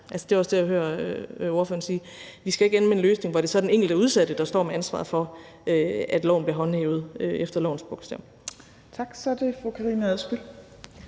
Det er også det, jeg hører ordføreren sige. Vi skal ikke ende med en løsning, hvor det så er den enkelte udsatte, der står med ansvaret for, at loven bliver håndhævet efter lovens bogstav.